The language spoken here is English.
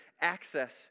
access